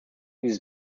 dieses